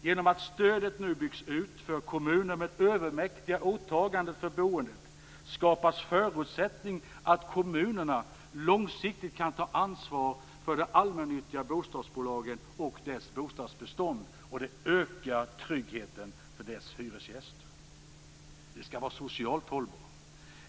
Genom att stödet nu byggs ut för kommuner med övermäktiga åtaganden för boendet skapas förutsättningar för att kommunerna långsiktigt kan ta ansvar för de allmännyttiga bostadsbolagen och deras bostadsbestånd. Det ökar tryggheten för deras hyresgäster. Den skall vara socialt hållbar.